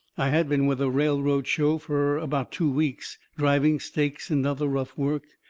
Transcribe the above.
i had been with a railroad show fur about two weeks, driving stakes and other rough work,